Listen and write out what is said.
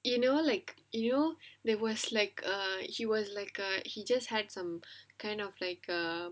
you know like you know there was like uh he was like uh he just had some kind of like a